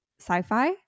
sci-fi